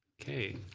okay.